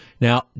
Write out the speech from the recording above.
Now